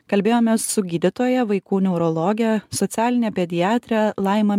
kalbėjomės su gydytoja vaikų neurologe socialine pediatre laima